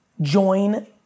Join